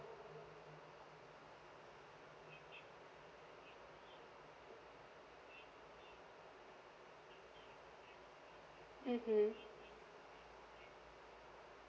mmhmm